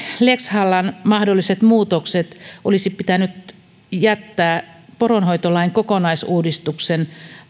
lex hallan mahdolliset muutokset olisi pitänyt jättää poronhoitolain kokonaisuudistuksen